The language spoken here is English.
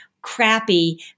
crappy